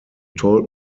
told